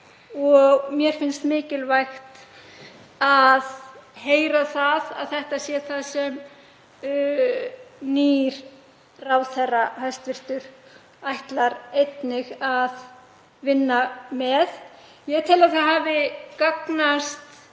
og mér finnst mikilvægt að heyra að þetta sé það sem nýr hæstv. ráðherra ætlar einnig að vinna með. Ég tel að það hafi gagnast